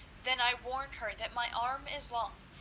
then i warn her that my arm is long,